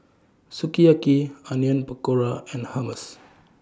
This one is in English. Sukiyaki Onion Pakora and Hummus